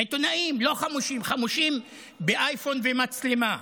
עיתונאים, לא חמושים, חמושים באייפון ובמצלמה.